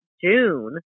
June